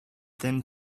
thin